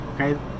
okay